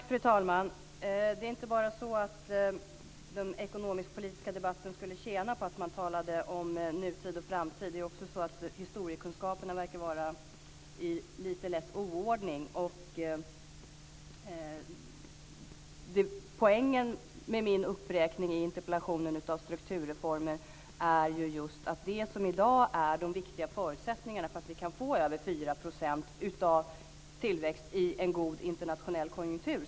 Fru talman! Det är inte bara så att den ekonomiskpolitiska debatten skulle tjäna på att man talade om nutid och framtid. Det är också så att historiekunskaperna verkar vara i lite lätt oordning. Poängen med min uppräkning av strukturreformer i interpellationen är just att det i dag är de viktiga förutsättningarna för att vi kan få en tillväxt på över 4 % i en god internationell konjunktur.